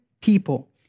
people